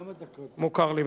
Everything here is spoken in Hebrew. שלוש דקות.